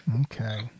Okay